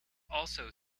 also